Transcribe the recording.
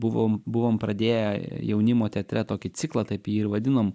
buvom buvom pradėję jaunimo teatre tokį ciklą taip jį ir vadinom